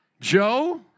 Joe